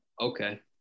Okay